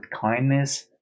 kindness